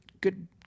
good